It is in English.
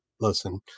Listen